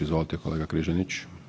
Izvolite kolega Križanić.